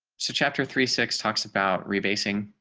so, chapter three, six talks about rebasing